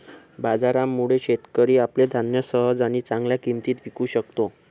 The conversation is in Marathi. बाजारामुळे, शेतकरी आपले धान्य सहज आणि चांगल्या किंमतीत विकू शकतो